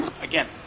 again